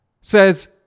says